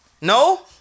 No